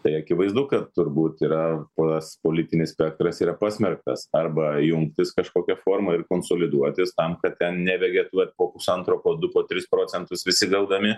tai akivaizdu kad turbūt yra pas politinis spektras yra pasmerktas arba jungtis kažkokia forma ir konsoliduotis tam kad ten nedegė tuoj po pusantro po du po tris procentus visi gaudami